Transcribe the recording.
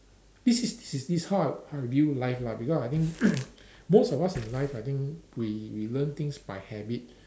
this is this is this is how I how I view life lah because I think most of us in life I think we we learn things by habit